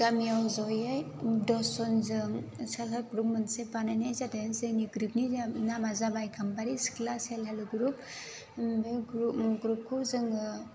गामियाव जयै दस जनजों सेल्प हेल्प ग्रुप मोनसे बानायनाय जादों जोंनि ग्रुपनि नामा जाबाय गाम्बारि सिख्ला सेल्प हेल्प ग्रुप बे ग्रुप ग्रुबखौ जोङो